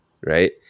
right